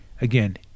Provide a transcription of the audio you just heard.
Again